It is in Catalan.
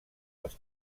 les